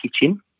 kitchen